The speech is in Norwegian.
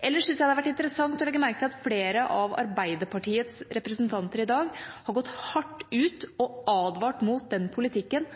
Ellers syns jeg det har vært interessant å legge merke til at flere av Arbeiderpartiets representanter i dag har gått hardt ut og advart mot den politikken